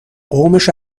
قومش